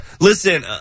Listen